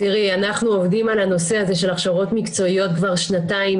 אנחנו עובדים על הנושא הזה של הכשרות מקצועיות כבר שנתיים,